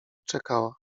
czekała